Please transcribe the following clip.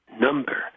number